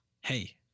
hey